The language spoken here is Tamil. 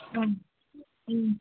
ம் ம்